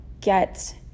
get